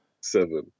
seven